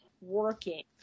working